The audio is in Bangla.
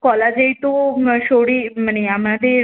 কলা যেহেতু শরীর মানে আমাদের